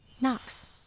Knox